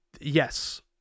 yes